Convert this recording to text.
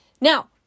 Now